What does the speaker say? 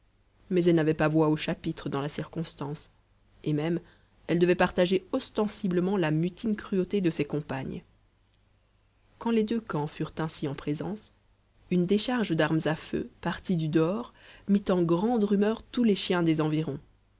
mais elle n'avait pas voix au chapitre dans la circonstance et même elle devait partager ostensiblement la mutine cruauté de ses compagnes quand les deux camps furent ainsi en présence une décharge d'armes à feu partie du dehors mit en grande rumeur tous les chiens des environs